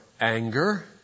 anger